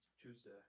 Tuesday